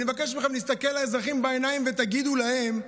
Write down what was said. אני מבקש מכם להסתכל לאזרחים בעיניים, ותגידו להם: